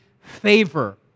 favor